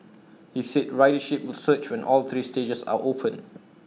he said ridership will surge when all three stages are open